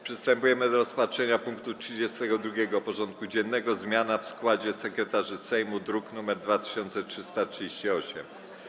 Przystępujemy do rozpatrzenia punktu 32. porządku dziennego: Zmiana w składzie sekretarzy Sejmu (druk nr 2338)